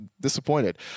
disappointed